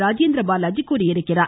ராஜேந்திரபாலாஜி தெரிவித்தார்